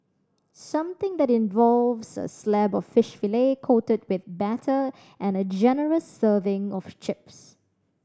something that involves a slab of fish fillet coated with batter and a generous serving of chips